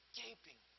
gaping